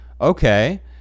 Okay